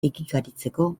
egikaritzeko